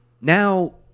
Now